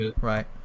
right